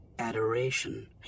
Adoration